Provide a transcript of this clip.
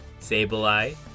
Sableye